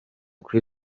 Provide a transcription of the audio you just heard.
kuri